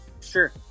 Sure